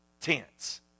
tense